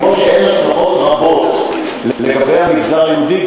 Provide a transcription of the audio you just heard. כמו שאין הצלחות רבות לגבי המגזר היהודי,